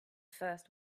first